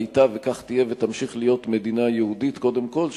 היתה וכך תהיה ותמשיך להיות מדינה יהודית קודם כול,